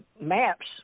maps